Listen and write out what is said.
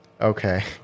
okay